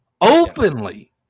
openly